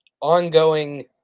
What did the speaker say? ongoing